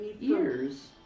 ears